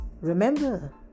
Remember